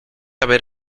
haber